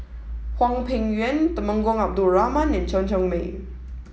Hwang Peng Yuan Temenggong Abdul Rahman and Chen Cheng Mei